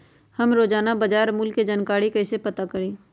हम रोजाना बाजार मूल्य के जानकारी कईसे पता करी?